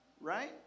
Right